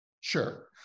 Sure